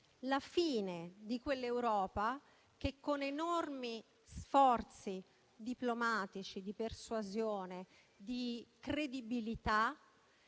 la fine di quell'Europa che con enormi sforzi diplomatici, di persuasione, di credibilità,